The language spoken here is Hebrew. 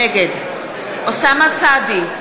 נגד אוסאמה סעדי,